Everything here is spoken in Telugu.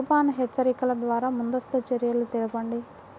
తుఫాను హెచ్చరికల ద్వార ముందస్తు చర్యలు తెలపండి?